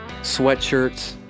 sweatshirts